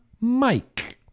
Mike